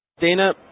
Dana